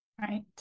right